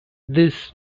this